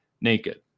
naked